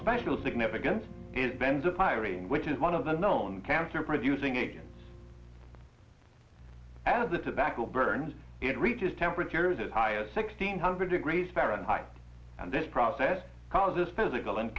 special significance is ben's a firey which is one of the known cancer producing agents as the tobacco burns it reaches temperatures at high a sixteen hundred degrees fahrenheit and this process causes physical and